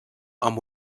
amb